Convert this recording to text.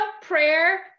prayer